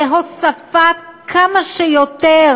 להוספת כמה שיותר